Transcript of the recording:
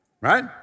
right